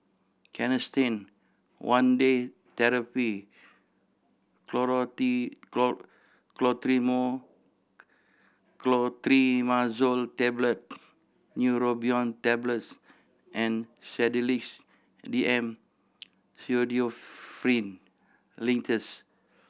Canesten one Day Therapy Clotrimazole Tablet Neurobion Tablets and Sedilix D M Pseudoephrine Linctus